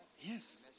Yes